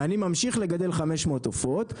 ואני ממשיך לגדל 500 עופות,